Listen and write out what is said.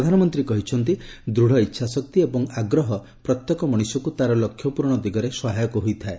ପ୍ରଧାନମନ୍ତ୍ରୀ କହିଛନ୍ତି ଦୂଢ଼ ଇଚ୍ଛାଶକ୍ତି ଏବଂ ଆଗ୍ରହ ପ୍ରତ୍ୟେକ ମଣିଷକୁ ତା'ର ଲକ୍ଷ୍ୟ ପୂରଣ ଦିଗରେ ସହାୟକ ହୋଇଥାଏ